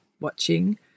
watching